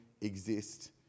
exist